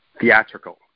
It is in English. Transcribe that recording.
theatrical